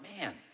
man